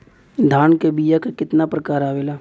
धान क बीया क कितना प्रकार आवेला?